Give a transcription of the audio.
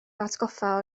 hatgoffa